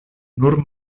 nur